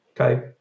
okay